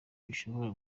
bishobora